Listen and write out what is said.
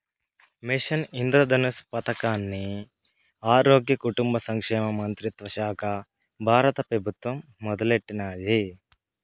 machine Indradhanush పదకాన్ని ఆరోగ్య, కుటుంబ సంక్షేమ మంత్రిత్వశాక బారత పెబుత్వం మొదలెట్టినాది